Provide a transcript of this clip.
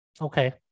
Okay